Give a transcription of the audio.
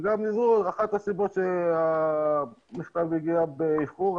וגם זו אחת הסיבות שהמכתב הגיע באיחור.